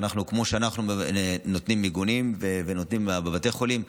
כמו שאנחנו נותנים מיגונים בבתי חולים,